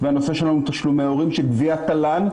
והנושא שלנו הוא תשלומי הורים של גביית תל"ן,